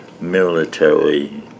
military